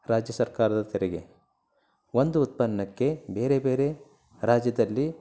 ರಾಜ್ಯ ಸರ್ಕಾರದ ತೆರಿಗೆ ಒಂದು ಉತ್ಪನ್ನಕ್ಕೆ ಬೇರೆ ಬೇರೆ ರಾಜ್ಯದಲ್ಲಿ